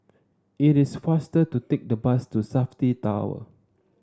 it is faster to take the bus to Safti Tower